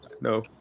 no